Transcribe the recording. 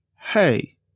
Hey